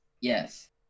Yes